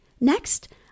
Next